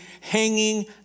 hanging